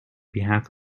behalf